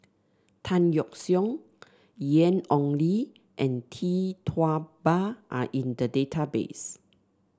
Tan Yeok Seong Ian Ong Li and Tee Tua Ba are in the database